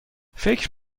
فکر